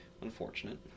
unfortunate